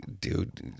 dude